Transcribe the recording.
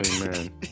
amen